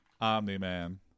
Omni-Man